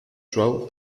suau